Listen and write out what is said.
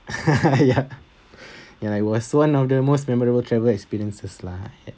ya it was one of the most memorable travel experiences lah